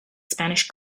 spanish